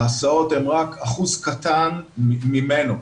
ההסעות הן רק אחוז קטן ממנו.